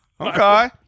Okay